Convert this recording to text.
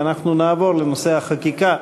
ואנחנו נעבור לנושא החקיקה.